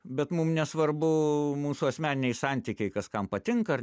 bet mum nesvarbu mūsų asmeniniai santykiai kas kam patinka ar